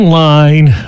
line